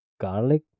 garlic